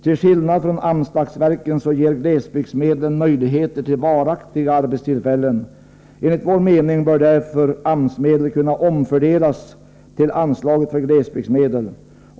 Till skillnad från AMS-dagsverken så ger glesbygdsmedlen möjligheter till varaktiga arbetstillfällen. Enligt vår mening bör därför AMS-medel kunna omfördelas till anslaget för glesbygdsmedel.